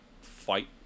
fight